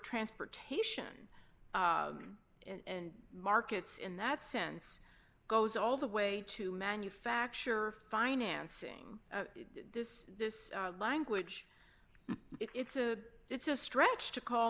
transportation and markets in that sense goes all the way to manufacturer financing this this language it's a it's a stretch to call